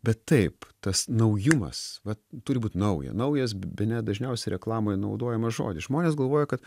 bet taip tas naujumas vat turi būt nauja naujas bene dažniausiai reklamoje naudojamas žodis žmonės galvoja kad